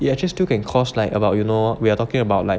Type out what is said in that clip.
it actually still can cost like about you know we're talking about like